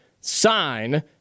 sign